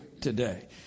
today